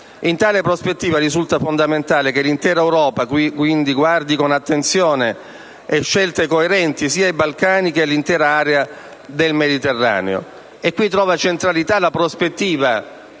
In tale prospettiva risulta fondamentale che l'intera Europa, quindi, guardi con attenzione e scelte coerenti sia ai Balcani che all'intera area del Mediterraneo, e qui trova centralità la prospettiva,